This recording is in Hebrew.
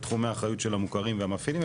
את תחומי האחריות של המוכרים והמפעילים,